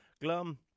Glum